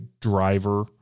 driver